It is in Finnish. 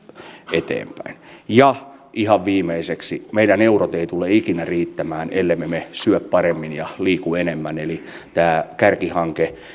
eteenpäin ja ihan viimeiseksi meidän euromme eivät tule ikinä riittämään ellemme me syö paremmin ja liiku enemmän eli tämä kärkihanke